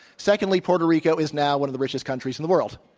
secondly, puerto rico is now one of the richest countries in the world.